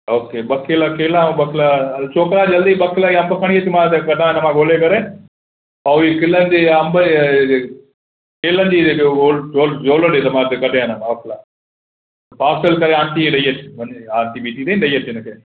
ॿ किले केला ऐं ॿ किलो छोकिरा जल्दी ॿ किला अंब खणी अचु मां हिते कढां इनमां ॻोल्हे करे ऐं इन केले जो अंब इहे जे केलनि जी झ झो झोलो ॾे त मां कढियां पाव केला पार्सल करे आंटीअ खे ॾई अचु वञी आंटी बीठी अथई ॾई अचु उनखे